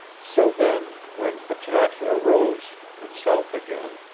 so then, when patrasche arose, himself again,